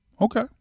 Okay